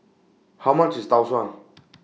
How much IS Tau Suan